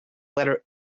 letter